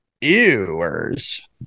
Ewers